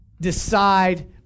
decide